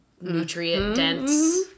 nutrient-dense